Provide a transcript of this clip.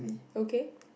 okay